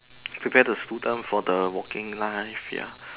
prepare the student for the working life ya